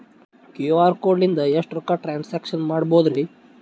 QR code ಲಿಂದ ಎಷ್ಟ ರೊಕ್ಕ ಟ್ರಾನ್ಸ್ಯಾಕ್ಷನ ಮಾಡ್ಬೋದ್ರಿ?